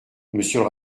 monsieur